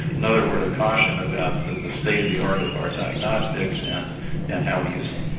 another word of caution about the the state of the art of our diagnostics and and how we use them.